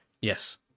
Yes